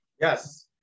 Yes